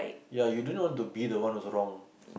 ya you do not want to be the one who's wrong